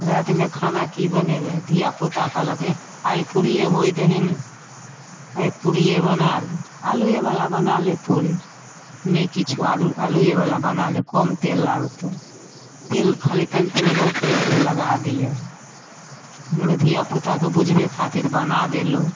रातिमे खाना की बनेबै धियापुता कहलक एह आइ पूरिये होइ दही ने आइ पूरिये बना ले आलूये बला बना ले पूरी नहि किछो आलूये बला बनाए ले कम तेल लागतौ तेल खाली तनी तनी कऽ ऊपरे ऊपरे लगा दियही धियापुताके बुझबै खातिर बनाए देलहुॅं